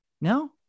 No